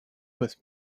with